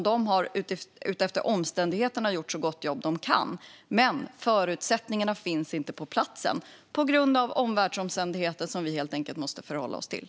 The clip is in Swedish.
De har utifrån omständigheterna gjort ett så gott jobb de kunnat, men förutsättningarna finns inte på plats - på grund av omvärldsomständigheter vi helt enkelt måste förhålla oss till.